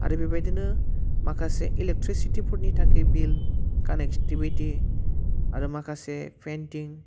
आरो बेबायदिनो माखासे इलेक्ट्रिसिटिफोरनि थाखाय बिल कानेक्सटिभिटि आरो माखासे पेइनथिं